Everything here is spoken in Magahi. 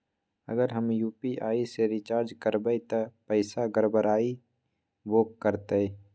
अगर हम यू.पी.आई से रिचार्ज करबै त पैसा गड़बड़ाई वो करतई?